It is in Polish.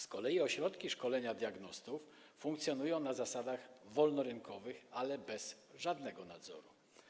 Z kolei ośrodki szkolenia diagnostów funkcjonują na zasadach wolnorynkowych, ale bez żadnego nadzoru.